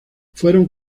fueron